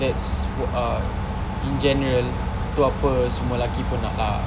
that's uh in general tu apa semua laki pun nak lah